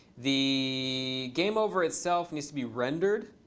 the game over itself needs to be rendered.